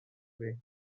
free